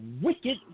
wicked